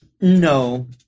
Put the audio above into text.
no